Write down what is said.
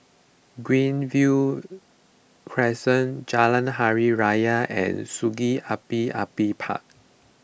Greenview Crescent Jalan Hari Raya and Sungei Api Api Park